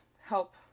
help